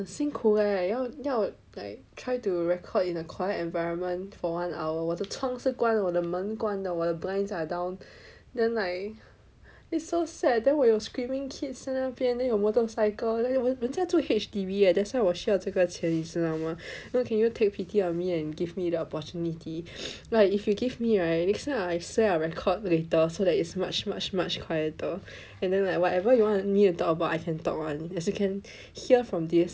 很辛苦 leh 要 like try to record in a quiet environment for one hour 我的窗是关的我的门关的我的 blinds are down then like it's so sad then 我有 screaming kids 在那边 and then your motorcycle 我现在住 H_D_B eh that's why 我需要这个钱你知道吗 so can you take pity on me and give me the opportunity like if you give me right next year I swear I record later so that is much much much quieter and then like whatever you want me to talk about I can talk [one] as you can hear from this